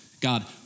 God